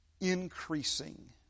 increasing